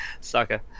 Sucker